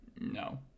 No